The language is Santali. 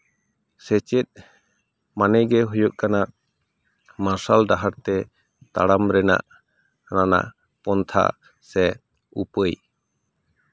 ᱥᱮᱪᱮᱫ ᱢᱟᱱᱮ ᱜᱮ ᱦᱩᱭᱩᱜ ᱠᱟᱱᱟ ᱢᱟᱨᱥᱟᱞ ᱰᱟᱦᱟᱨ ᱛᱮ ᱛᱟᱲᱟᱢ ᱨᱮᱱᱟᱜ ᱚᱱᱟ ᱨᱮᱱᱟᱜ ᱯᱚᱱᱛᱷᱟ ᱥᱮ ᱩᱯᱟᱹᱭ